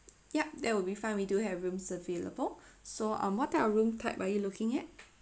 ya that will be fine we do have rooms available so um what type of room type are you looking at